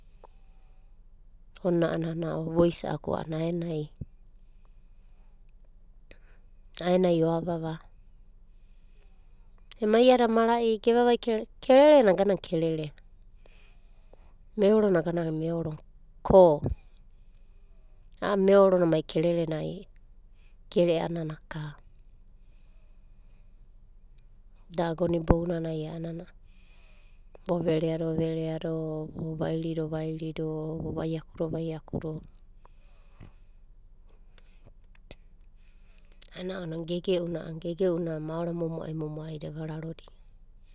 Ona a'anana voisa'aku a'ana aenai oavava. Ema iada mara'i gevavai kerere va, kerere na aganana kerere, meoro na aganana meoro. Ko a'a meorona ma kerere na ai gere'anana ka. Da agona ibounanai vo verea do verea do o vovairi do, o vovai akudo vaiaka do. Ana ounanai geigei'una maora momo'ai momo'ai da evararodia.